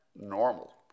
normal